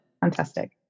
fantastic